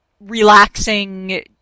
relaxing